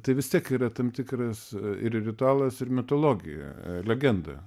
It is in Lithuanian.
tai vis tiek yra tam tikras ir ritualas ir mitologija legenda